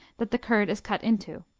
that the curd is cut into.